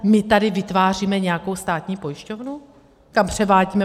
My tady vytváříme nějakou státní pojišťovnu, kam převádíme?